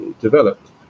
developed